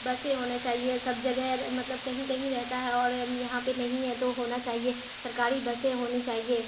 بسیں ہونا چاہیے سب جگہ مطلب کہیں کہیں رہتا ہے اور یہاں پہ نہیں ہے تو ہونا چاہیے سرکاری بسیں ہونی چاہیے